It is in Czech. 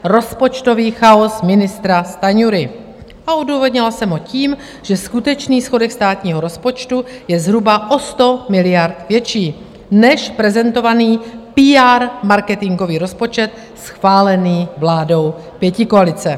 Rozpočtový chaos ministra Stanjury a odůvodnila jsem ho tím, že skutečný schodek státního rozpočtu je zhruba o 100 miliard větší než prezentovaný PR marketingový rozpočet, schválený vládou pětikoalice.